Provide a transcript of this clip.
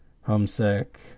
homesick